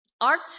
art